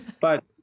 but-